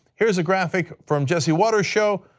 here's a graphic from jesse watters show.